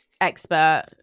expert